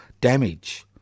damage